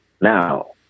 now